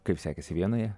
kaip sekėsi vienoje